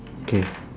K